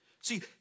See